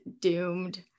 doomed